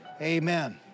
amen